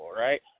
right